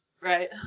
Right